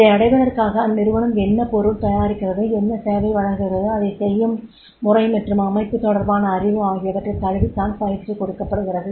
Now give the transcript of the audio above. இதை அடைவதற்காக அந்நிறுவனம் என்ன பொருள் தயாரிக்கிறது என்ன சேவை வழங்குகிறது அதை செய்யும் முறை மற்றும் அமைப்பு தொடர்பான அறிவு ஆகியவற்றைத் தழுவித்தான் பயிற்சி கொடுக்கப்படுகிறது